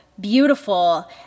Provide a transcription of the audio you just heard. beautiful